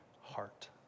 heart